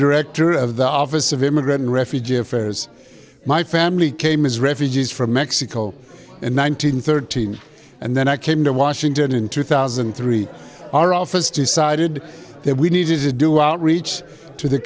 director of the office of immigrant refugee affairs my family came as refugees from mexico in one nine hundred thirteen and then i came to washington in two thousand and three our office decided that we needed to do outreach to the